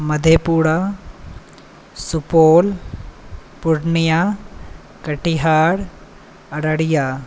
Madhepura Supaul Purnia Katihar Araria